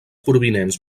provinents